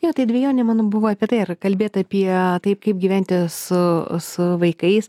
jo tai dvejonė mano buvo apie tai ar kalbėt apie taip kaip gyventi su su vaikais